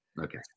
Okay